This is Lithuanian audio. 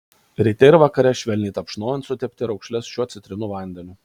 ryte ir vakare švelniai tapšnojant sutepti raukšles šiuo citrinų vandeniu